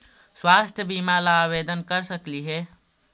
स्वास्थ्य बीमा ला आवेदन कर सकली हे?